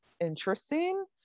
interesting